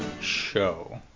show